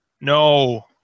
No